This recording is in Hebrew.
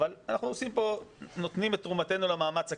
אבל אנחנו נותנים את תרומתנו למאמץ הכללי.